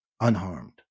unharmed